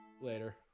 Later